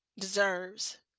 deserves